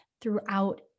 throughout